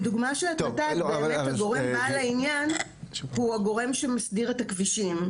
בדוגמה שאת נתת הגורם בעל העניין הוא הגורם שמסדיר את הכבישים.